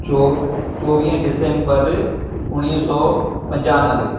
चोवीह डिसेंबर उणिवीह सौ पंजानवे